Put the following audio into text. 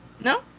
No